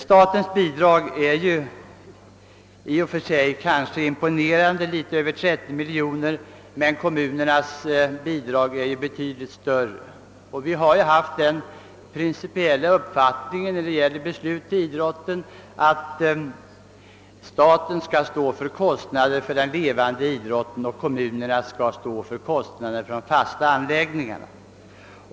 Statsbidraget är kanske i och för sig imponerande — något över 30 milj.kr. — men kommunernas bidrag är betydligt större. Vi har haft den principiella inställningen att staten skall stå för kostnader för den levande idrotten och kommunerna för kostnader för fasta anläggningar.